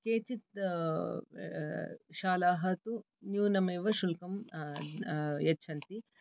केचित् शालाः तु न्यूनमेव शुल्कं यच्छन्ति